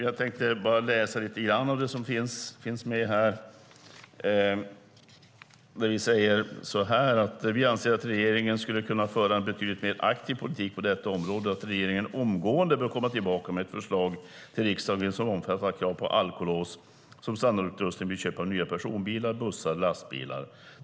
Jag tänkte läsa lite grann av det som står i den: "Vi anser att regeringen skulle kunna föra en betydligt mer aktiv politik på detta område och att regeringen omgående bör återkomma med ett förslag till riksdagen som omfattar krav på alkolås som standardutrustning vid köp av alla nya personbilar, bussar och lastbilar.